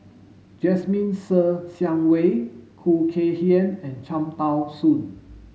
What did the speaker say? Jasmine Ser Xiang Wei Khoo Kay Hian and Cham Tao Soon